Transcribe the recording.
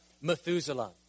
Methuselah